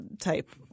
type